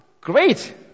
Great